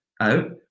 out